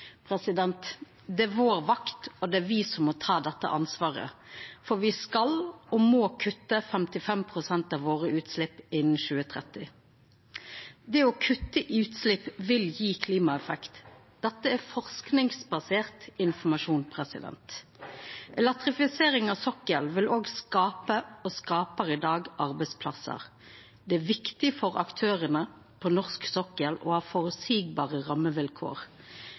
Det er vår vakt, og det er me som må ta dette ansvaret, for me skal og må kutta 55 pst. av utsleppa våre innan 2030. Å kutta utslepp vil gje klimaeffekt. Dette er forskingsbasert informasjon. Elektrifisering av sokkelen vil òg skapa og skaper i dag arbeidsplassar. Det er viktig for aktørane på den norske sokkelen å ha føreseielege rammevilkår.